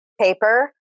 paper